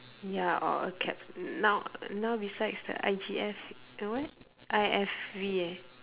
ya all cap now now besides the I_G_F and what I_F_V eh